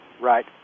Right